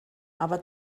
aber